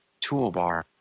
toolbar